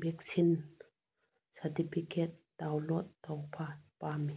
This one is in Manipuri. ꯚꯦꯛꯁꯤꯟ ꯁꯥꯔꯇꯤꯐꯤꯀꯦꯠ ꯗꯥꯎꯟꯂꯣꯠ ꯇꯧꯕ ꯄꯥꯝꯃꯤ